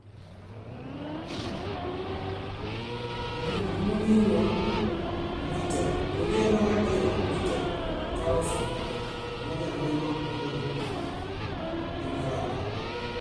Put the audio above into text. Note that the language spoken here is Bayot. Nímuliuwa, míta, kólieḃãġadieġo, míta, karosu, moźihaŋemaŋ oriiŋo.